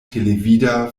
televida